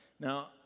Now